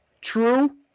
true